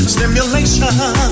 Stimulation